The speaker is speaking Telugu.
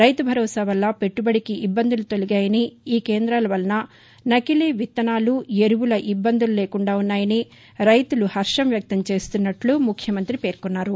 రైతు భరోసా వల్ల పెట్టుబడికి ఇబ్బందులు తొలిగాయని ఈ కేంద్రాల వలన నకిలీ విత్తనాలు ఎరువుల ఇబ్బందులు లేకుండా ఉన్నాయని రైతులు హర్షం వ్యక్తం చేస్తున్నట్లు ముఖ్యమంగ్రి పేర్కొన్నారు